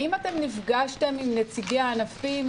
האם אתם נפגשתם עם נציגי הענפים?